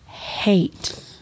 hate